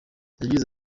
yagize